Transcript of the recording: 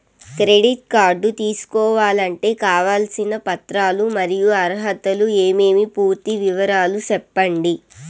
Credit card తీసుకోవాలంటే కావాల్సిన పత్రాలు మరియు అర్హతలు ఏమేమి పూర్తి వివరాలు సెప్పండి?